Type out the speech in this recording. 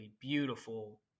beautiful